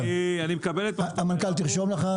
המנכ"ל, תרשום לך.